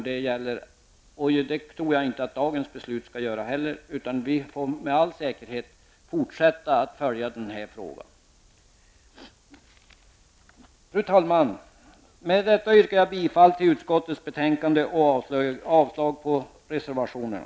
Det tror jag inte att dagens beslut skall göra heller, utan vi får med all säkerhet fortsätta att följa den här frågan. Fru talman! Med detta yrkar jag bifall till utskottets hemställan och avslag på reservationerna.